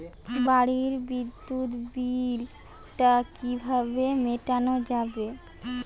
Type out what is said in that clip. বাড়ির বিদ্যুৎ বিল টা কিভাবে মেটানো যাবে?